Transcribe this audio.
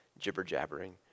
jibber-jabbering